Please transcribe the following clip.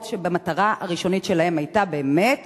המטרה הראשונית שלהן היתה באמת